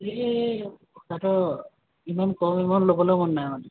এই সিহঁতৰ ইমান কম এমাউণ্ট ল'বলৈ মন নাই মানে